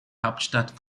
hauptstadt